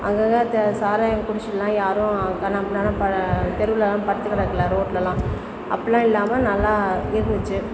அங்கங்கே சாராயம் குடிச்சிவிட்டுலாம் யாரும் அங்கே கண்ணாபின்னான்னு தெருவுலலாம் படுத்து கடக்கலை ரோட்டில் எல்லாம் அப்படிலாம் இல்லாமல் நல்லா இருந்துச்சு